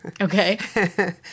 Okay